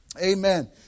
Amen